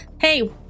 Hey